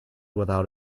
without